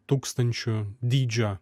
tūkstančių dydžio